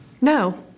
No